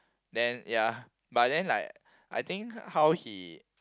then ya but then like I think how he